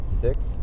six